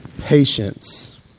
Patience